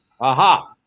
Aha